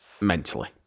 mentally